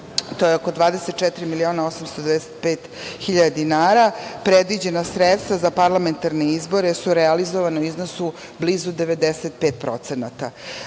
to je 24 miliona 895 hiljada dinara. Predviđena sredstva za parlamentarne izboru su realizovana u iznosu blizu 95%.Agencija